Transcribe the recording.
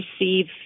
receive